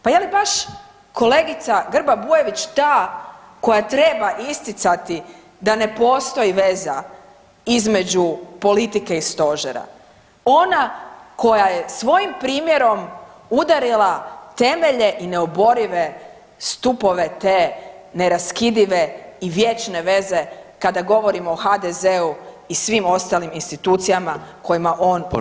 Pa je li baš kolegica Grba Bujević ta koja treba isticati da ne postoji veza između politike i stožera, ona koja je svojim primjerom udarila temelje i neoborive stupove te neraskidive i vječne veze kada govorimo o HDZ-u i svim ostalim institucijama kojima on upravlja.